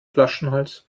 flaschenhals